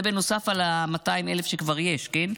זה בנוסף על ה-200,000 שכבר יש, כן?